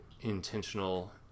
intentional